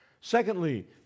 Secondly